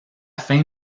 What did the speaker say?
fin